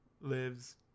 lives